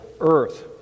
earth